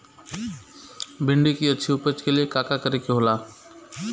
भिंडी की अच्छी उपज के लिए का का करे के होला?